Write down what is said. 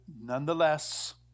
nonetheless